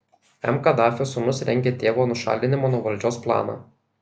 m kadafio sūnūs rengia tėvo nušalinimo nuo valdžios planą